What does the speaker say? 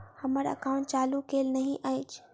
हम्मर एकाउंट चालू केल नहि अछि?